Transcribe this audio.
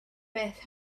beth